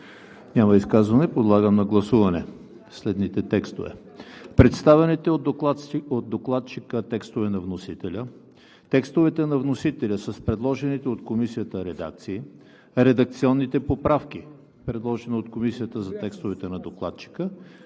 Няма. Подлагам на гласуване следните текстове: представените от докладчика текстове на вносителя; текста на вносителя с предложените от Комисията редакции; редакционните поправки, предложени от Комисията за текстове, представени от докладчика,